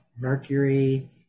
Mercury